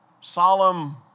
solemn